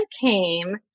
came